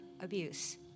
abuse